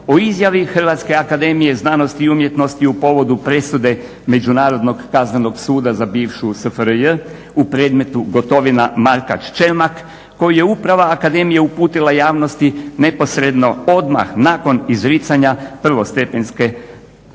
iz 42 europske države o izjavi HAZU u povodu presude Međunarodnog kaznenog suda za bivšu SFRJ u predmetu Gotovina-Markač-Čermak koji je uprava akademije uputila javnosti neposredno odmah nakon izricanja prvostepenske presude.